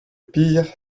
pire